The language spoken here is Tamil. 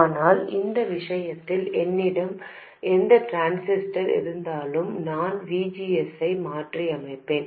ஆனால் இந்த விஷயத்தில் என்னிடம் எந்த டிரான்சிஸ்டர் இருந்தாலும் நான் V G S ஐ மாற்றியமைப்பேன்